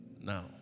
Now